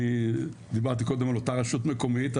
אני דיברתי קודם על אותה רשות מקומית,